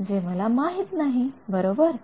जे मला माहित नाही बरोबर